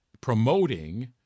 promoting